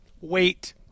wait